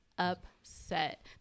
upset